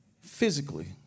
Physically